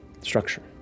structure